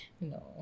no